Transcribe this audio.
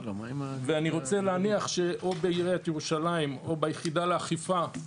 ואני רוצה להניח שאו בעיריית ירושלים או ביחידה לאכיפה,